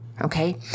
Okay